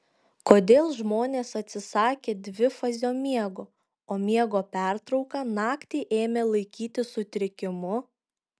kodėl žmonės atsisakė dvifazio miego o miego pertrauką naktį ėmė laikyti sutrikimu